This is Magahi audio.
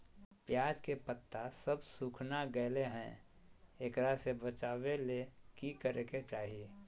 प्याज के पत्ता सब सुखना गेलै हैं, एकरा से बचाबे ले की करेके चाही?